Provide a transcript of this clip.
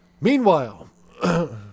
Meanwhile